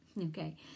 Okay